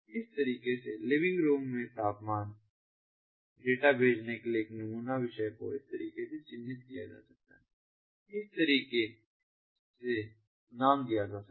इस तरीके से लिविंग रूम के तापमान डेटा भेजने के लिए एक नमूना विषय को इस तरीके से चिह्नित किया जा सकता है इस तरीके से नाम दिया जा सकता है